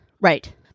right